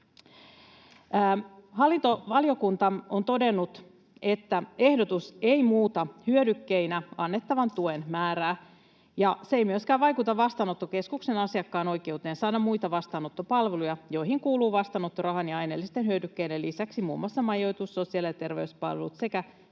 Hallintovaliokunta on todennut, että ehdotus ei muuta hyödykkeinä annettavan tuen määrää, ja se ei myöskään vaikuta vastaanottokeskuksen asiakkaan oikeuteen saada muita vastaanottopalveluja, joihin kuuluvat vastaanottorahan ja aineellisten hyödykkeiden lisäksi muun muassa majoitus, sosiaali- ja terveyspalvelut sekä